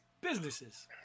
businesses